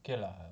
okay lah